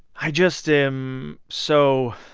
i just am so